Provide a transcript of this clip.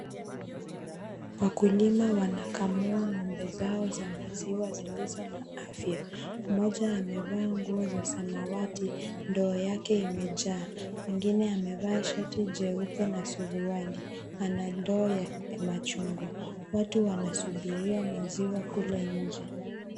Wakulima wanakamua ng'ombe zao za maziwa zilizo na afya. Moja amevaa nguo za samawati, ndoo yake imejaa. Mwengine amevaa shati jeupe na suruali, ana ndoo ya machungwa. Watu wanasubiria maziwa kule nje.